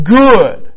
good